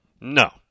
No